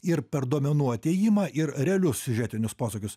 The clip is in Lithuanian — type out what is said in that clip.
ir per duomenų atėjimą ir realius siužetinius posūkius